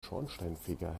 schornsteinfeger